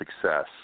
success